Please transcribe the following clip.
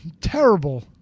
Terrible